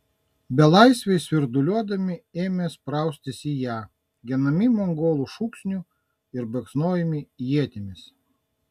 belaisviai svirduliuodami ėmė spraustis į ją genami mongolų šūksnių ir baksnojami ietimis